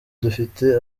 dufite